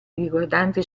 riguardanti